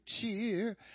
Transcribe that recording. cheer